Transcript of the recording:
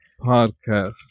podcast